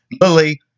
Lily